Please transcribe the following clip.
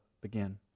begin